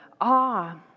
awe